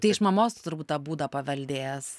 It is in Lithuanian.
tai iš mamos turbūt tą būdą paveldėjęs